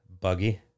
buggy